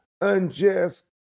unjust